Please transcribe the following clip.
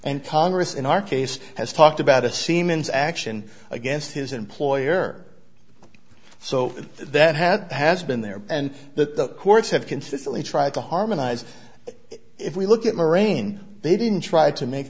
and congress in our case has talked about a seaman's action against his employer so that hat has been there and that the courts have consistently tried to harmonize if we look at lorain they didn't try to make